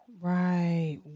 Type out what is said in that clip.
Right